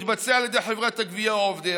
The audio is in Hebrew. תתבצע על ידי חברת הגבייה או עובדיה,